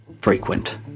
frequent